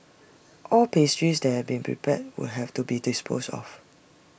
all pastries that have been prepared would have to be disposed of